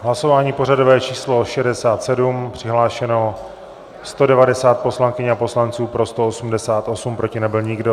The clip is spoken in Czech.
Hlasování pořadové číslo 67, přihlášeno 190 poslankyň a poslanců, pro 188, proti nebyl nikdo.